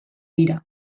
dira